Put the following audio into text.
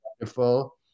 wonderful